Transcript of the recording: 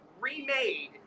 remade